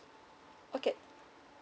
okay